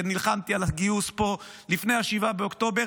ונלחמתי על הגיוס פה לפני 7 באוקטובר,